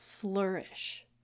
Flourish